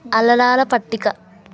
అలరాల పట్టిక